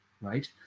right